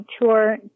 tour